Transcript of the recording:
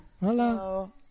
hello